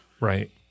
Right